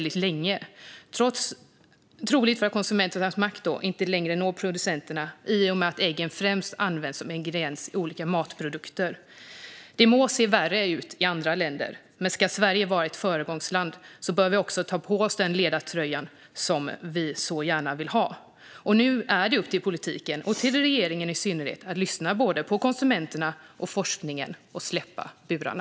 Det beror troligtvis på att konsumenternas makt inte längre når producenterna i och med att äggen främst används som ingrediens i olika matprodukter. Det må se värre ut i andra länder. Men ska Sverige vara ett föregångsland bör vi också ta på oss den ledartröja som vi så gärna vill bära. Nu är det upp till politiken och i synnerhet regeringen att lyssna på både konsumenterna och forskningen och släppa burarna.